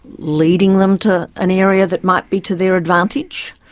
leading them to an area that might be to their advantage.